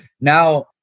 Now